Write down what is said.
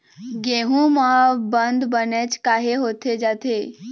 गेहूं म बंद बनेच काहे होथे जाथे?